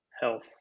health